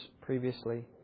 previously